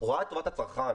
רואה את טובת הצרכן.